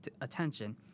attention